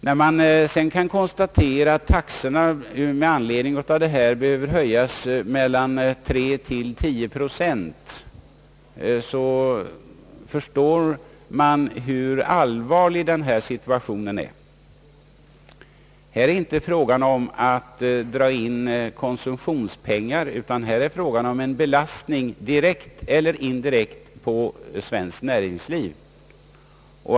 När man kan konstatera att transporttaxorna med anledning av skattehöjningen behöver stiga med 3—10 procent, förstår man hur allvarlig situationen är. Här är det inte fråga om att dra in konsumtionspengar, utan här är det fråga om en belastning direkt eller indirekt på svenskt näringsliv.